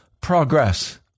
progress